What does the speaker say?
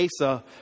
Asa